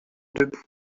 debout